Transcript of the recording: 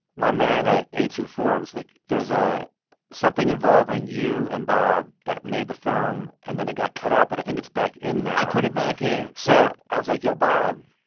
my man at a two four was like, there's ah something involving you and bob that made the film, and then it got cut out, but i think it's back in now i put it back in so i was like, yo, bob,